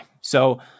So-